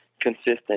consistent